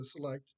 select